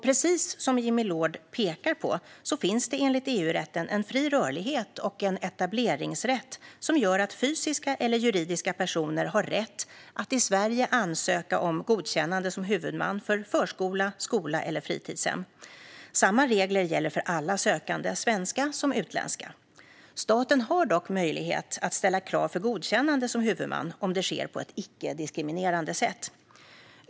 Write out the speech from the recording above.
Precis som Jimmy Loord pekar på finns det enligt EU-rätten en fri rörlighet och en etableringsrätt som gör att fysiska eller juridiska personer har rätt att i Sverige ansöka om godkännande som huvudman för förskola, skola eller fritidshem. Samma regler gäller för alla sökande, svenska som utländska. Staten har dock möjlighet att ställa krav för godkännande som huvudman om det sker på ett icke-diskriminerande sätt.